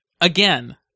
Again